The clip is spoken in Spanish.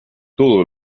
todos